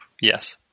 Yes